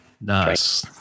Nice